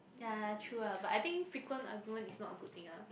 yea true ah but I think frequent argument is not a good thing ah